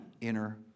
inner